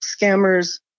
scammers